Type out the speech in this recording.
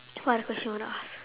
what other question you want to ask